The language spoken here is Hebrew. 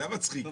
זה המצחיק פה.